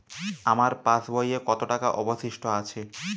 আমার পাশ বইয়ে কতো টাকা অবশিষ্ট আছে?